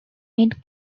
mid